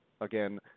Again